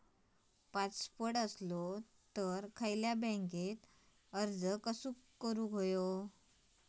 Passport असलो तर खयच्या बँकेत अर्ज कसो करायचो?